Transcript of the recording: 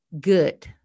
good